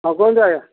ହଁ କୁହନ୍ତୁ ଆଜ୍ଞା